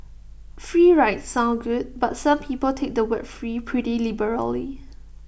free rides sound good but some people take the word free pretty liberally